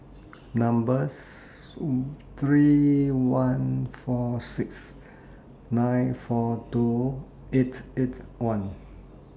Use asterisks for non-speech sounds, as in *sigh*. Number *noise* three one four six nine four two eight eight one